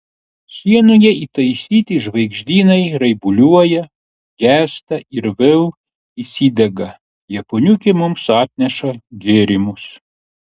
sienoje įtaisyti žvaigždynai raibuliuoja gęsta ir vėl įsidega japoniukė mums atneša gėrimus